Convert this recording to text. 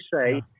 say